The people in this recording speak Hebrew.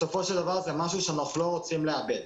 בסופו של דבר, זה משהו שאנחנו לא רוצים לאבד.